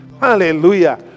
Hallelujah